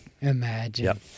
Imagine